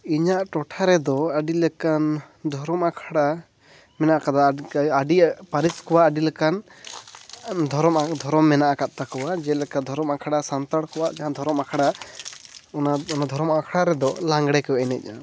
ᱤᱧᱟᱹᱜ ᱴᱚᱴᱷᱟ ᱨᱮᱫᱚ ᱟᱹᱰᱤ ᱞᱮᱠᱟᱱ ᱫᱷᱚᱨᱚᱢ ᱟᱠᱷᱟᱲᱟ ᱢᱮᱱᱟᱜ ᱟᱠᱟᱫᱟ ᱟᱹᱰᱤ ᱯᱟᱹᱨᱤᱥ ᱠᱚᱣᱟᱜ ᱟᱹᱰᱤ ᱞᱮᱠᱟᱱ ᱫᱷᱚᱨᱚᱢ ᱟ ᱫᱷᱚᱨᱚᱢ ᱢᱮᱱᱟᱜ ᱟᱠᱟᱫ ᱛᱟᱠᱚᱣᱟ ᱡᱮᱞᱮᱠᱟ ᱫᱷᱚᱨᱚᱢ ᱟᱠᱷᱲᱟ ᱥᱟᱱᱛᱟᱲ ᱠᱚᱣᱟᱜ ᱡᱟᱦᱟᱸ ᱫᱷᱚᱨᱚᱢ ᱟᱠᱷᱲᱟ ᱚᱱᱟ ᱫᱷᱚᱨᱚᱢ ᱟᱠᱷᱲᱟ ᱨᱮᱫᱚ ᱞᱟᱜᱽᱲᱮ ᱠᱚ ᱮᱱᱮᱡᱟ